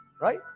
Right